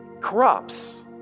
corrupts